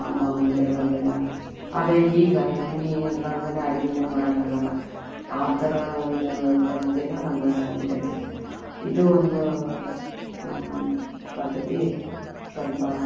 ಅಮ್ಮಂದಿರು ಅವರೆಲ್ಲ ಆದರೆ ಈಗ ಎಣ್ಣೆ ಇರಲಾರ್ದೆನೆ ಅಡುಗೆನೇ ಮಾಡೋಕ್ಕಾಗಲ್ಲ ಆ ಥರ ಒಂದು ಪ್ರವೃತ್ತಿಯನ್ನು ನಾವು ಬೆಳ್ಸ್ಕೊಂಡ್ಬಿಟ್ಟಿದೀವಿ ಇದು ಒಂದು ಪದ್ಧತಿ ಸ್ವಲ್ಪ